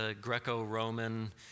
Greco-Roman